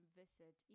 visit